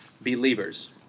believers